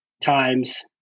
times